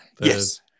yes